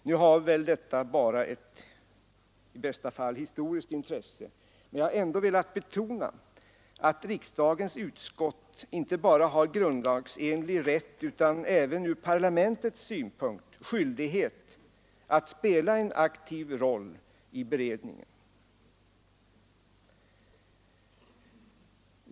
Nu har väl detta bara ett i bästa fall historiskt intresse, men jag har ändå velat betona att riksdagens utskott inte bara har grundlagsenlig rätt utan även ur parlamentets synpunkt skyldighet att spela en aktiv roll i beredningen.